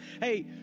hey